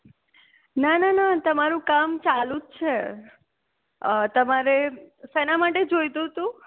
ના ના ના તમારું કામ ચાલું જ છે તમારે શેના માટે જોઈતું હતું